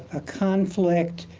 a conflict,